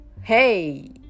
Hey